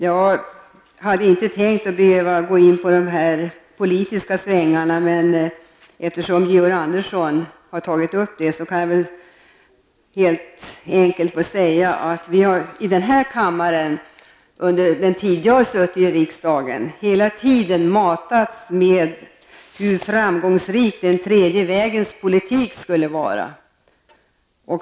Jag hade inte tänkt behöva gå in på de politiska svängarna, men eftersom Georg Andersson har tagit upp det, kan jag väl helt enkelt få säga att vi här kammaren under hela den tid som jag har suttit i riksdagen har matats med hur framgångsrik den tredje vägens politik skulle vara.